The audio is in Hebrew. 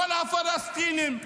כל הפלסטינים,